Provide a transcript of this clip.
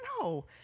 No